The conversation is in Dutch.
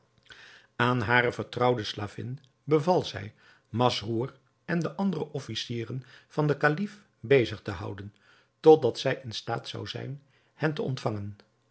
aan hare vertrouwde slavin beval zij masrour en de andere officieren van den kalif bezig te houden totdat zij in staat zou zijn hen te ontvangen